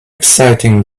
exciting